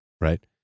right